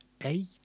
eight